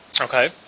Okay